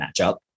matchup